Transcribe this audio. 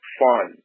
fun